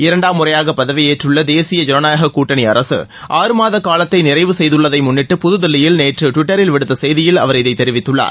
இரண்டாம் முறையாக பதவியேற்றுள்ள தேசிய ஜனநாயக கூட்டணி அரசு ஆறு மாத காலத்தை நிறைவு செய்துள்ளதை முன்னிட்டு புதுதில்லியில் நேற்று டுவிட்டரில் விடுத்த செய்தியில் அவர் இதைத் தெரிவித்துள்ளார்